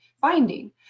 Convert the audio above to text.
finding